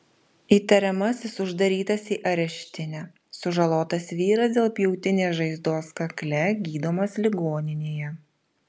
įtariamasis uždarytas į areštinę sužalotas vyras dėl pjautinės žaizdos kakle gydomas ligoninėje